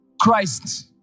Christ